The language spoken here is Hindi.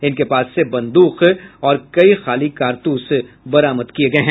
इनके पास से बंदूक और कई खाली कारतूस बरामद किये गये हैं